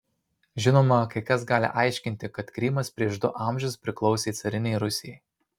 žinoma kai kas gali aiškinti kad krymas prieš du amžius priklausė carinei rusijai